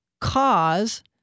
cause